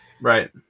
Right